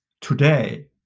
today